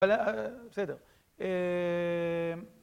בסדר.